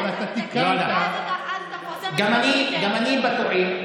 גם אני בטועים.